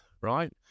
right